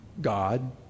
God